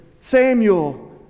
Samuel